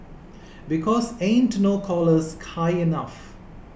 because ain't no collars high enough